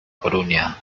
coruña